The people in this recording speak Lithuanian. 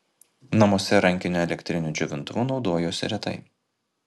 namuose rankiniu elektriniu džiovintuvu naudojosi retai